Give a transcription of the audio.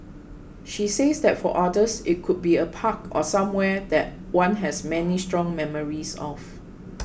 she says that for others it could be a park or somewhere that one has many strong memories of